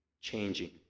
changing